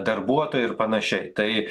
darbuotojai ir panašiai tai